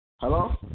Hello